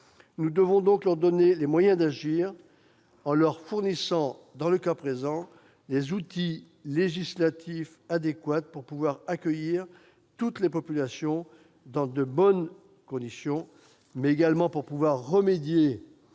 Nous devons donc leur donner les moyens d'agir, en leur fournissant, dans le cas présent, les outils législatifs adéquats pour pouvoir non seulement accueillir toutes les populations dans de bonnes conditions, mais également remédier